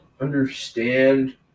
understand